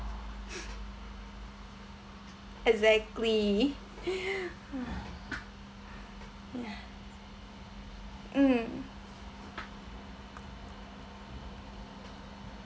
exactly ya mm